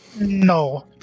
No